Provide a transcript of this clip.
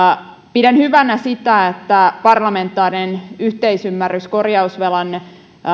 pidän hyvänä sitä että parlamentaarinen yhteisymmärrys korjausvelan